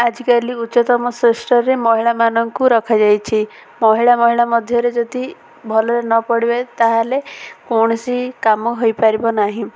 ଆଜିକାଲି ଉଚ୍ଚତମ ଶ୍ରେଷ୍ଠରେ ମହିଳାମାନଙ୍କୁ ରଖାଯାଇଛି ମହିଳା ମହିଳା ମଧ୍ୟରେ ଯଦି ଭଲରେ ନ ପଡ଼ିବ ତାହେଲେ କୌଣସି କାମ ହୋଇପାରିବ ନାହିଁ